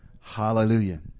Hallelujah